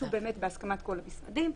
שגובשו בהסכמת כל המשרדים.